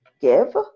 give